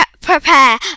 prepare